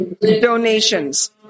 Donations